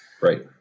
Right